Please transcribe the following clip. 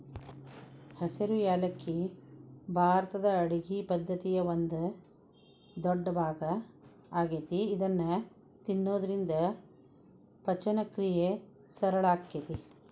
ಹಸಿರು ಯಾಲಕ್ಕಿ ಭಾರತದ ಅಡುಗಿ ಪದ್ದತಿಯ ಒಂದ ದೊಡ್ಡಭಾಗ ಆಗೇತಿ ಇದನ್ನ ತಿನ್ನೋದ್ರಿಂದ ಪಚನಕ್ರಿಯೆ ಸರಳ ಆಕ್ಕೆತಿ